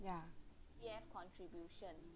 ya